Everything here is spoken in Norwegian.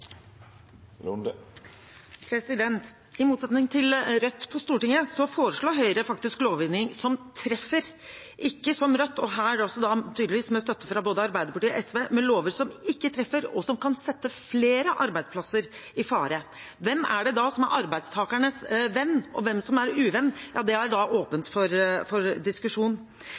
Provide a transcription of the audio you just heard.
I motsetning til Rødt på Stortinget foreslår Høyre lovgivning som treffer – ikke som Rødt gjør her, tydeligvis også med støtte fra både Arbeiderpartiet og SV, med lover som ikke treffer, og som kan sette flere arbeidsplasser i fare. Hvem er det da som er arbeidstakernes venn, og hvem er uvenn? Ja, det er åpent for diskusjon.